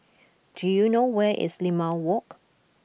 do you know where is Limau Walk